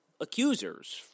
accusers